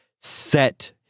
set